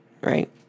right